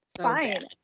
fine